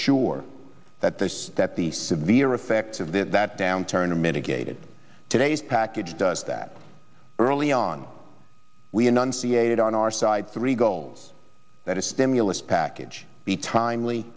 sure that there's that the severe effects of that that downturn are mitigated today's package does that early on we enunciated on our side three goals that a stimulus package be timely